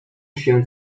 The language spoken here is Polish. się